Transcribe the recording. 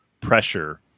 pressure